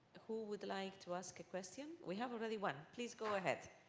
who would like to ask a question? we have already one. please go ahead.